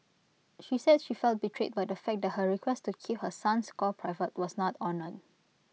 she said she felt betrayed by the fact that her request to keep her son's score private was not honoured